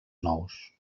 nous